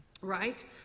right